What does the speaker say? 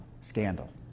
scandal